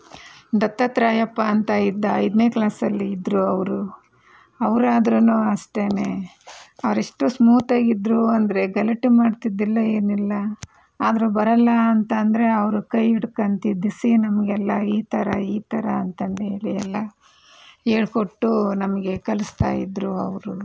ದತ್ತಾತ್ರೇಯಪ್ಪ ಅಂತ ಇದ್ದ ಐದನೇ ಕ್ಲಾಸಲ್ಲಿ ಇದ್ರು ಅವರು ಅವರಾದ್ರುನೂ ಅಷ್ಟೇನೆ ಅವರೆಷ್ಟು ಸ್ಮೂತಾಗಿ ಇದ್ರು ಅಂದರೆ ಗಲಾಟೆ ಮಾಡ್ತಿದ್ದಿಲ್ಲ ಏನಿಲ್ಲ ಆದರೂ ಬರಲ್ಲ ಅಂತಂದರೆ ಅವರು ಕೈ ಹಿಡ್ಕೊಂಡು ತಿದ್ದಿಸಿ ನಮಗೆಲ್ಲ ಈ ಥರ ಈ ಥರ ಅಂತಂಧೇಳಿ ಎಲ್ಲ ಹೇಳ್ಕೊಟ್ಟು ನಮಗೆ ಕಲಿಸ್ತಾಯಿದ್ರು ಅವರುನೂ